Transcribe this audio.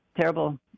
terrible